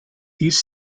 these